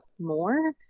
more